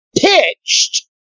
pitched